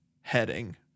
heading